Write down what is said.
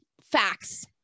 Facts